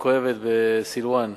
הכואבת בסילואן,